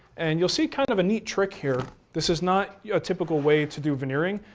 and you'll see kind of a neat trick here, this is not your typical way to do veneering.